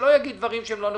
שלא יגיד דברים שהם לא נכונים.